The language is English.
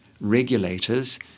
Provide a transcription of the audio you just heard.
regulators